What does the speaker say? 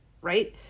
right